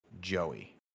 Joey